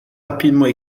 rapidement